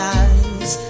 eyes